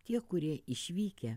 tie kurie išvykę